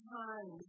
time